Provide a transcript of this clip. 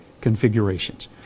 configurations